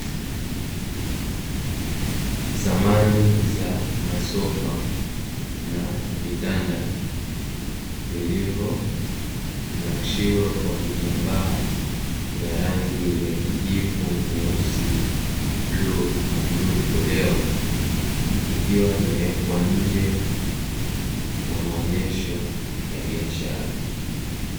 Samani za masofa na vitanda vilivyonakshiwa kwa vitambaa vya rangi ya kijivu, nyeusi, bluu, na bluu mkoleo, ikiwa imewekwa nje kwa maonesho ya biashara.